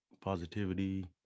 positivity